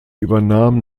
übernahm